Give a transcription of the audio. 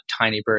Tinybird